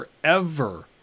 forever